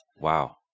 Wow